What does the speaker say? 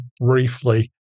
briefly